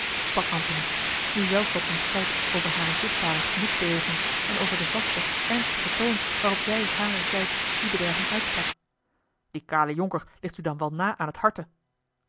antony nu zelf wat ontsteld over hare zichtbare gemoedsbeweging en over den vasten ernstigen toon waarop zij harerzijds die bedreiging uitsprak die kale jonker ligt u dan wel na aan t harte